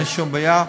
עבודה, רווחה ובריאות.